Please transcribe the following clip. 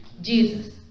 Jesus